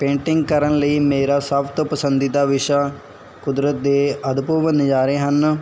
painting ਕਰਨ ਲਈ ਮੇਰਾ ਸਭ ਤੋਂ ਪਸੰਦੀਦਾ ਵਿਸ਼ਾ ਕੁਦਰਤ ਦੇ ਅਦਭੁਵ ਨਜ਼ਰੇ ਹਨ